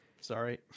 sorry